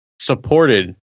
supported